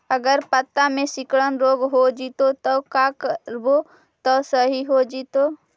अगर पत्ता में सिकुड़न रोग हो जैतै त का करबै त सहि हो जैतै?